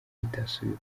itasubiye